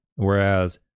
Whereas